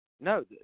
No